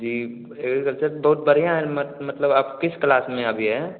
जी agriculture बढ़िया है मत मतलब आप किस क्लास में अभी हैं